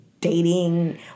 dating